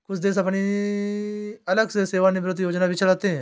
कुछ देश अपनी अलग से सेवानिवृत्त योजना भी चलाते हैं